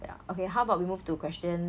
ya okay how about we move to question